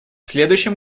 следующем